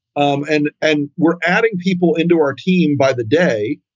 um and and we're adding people into our team by the day.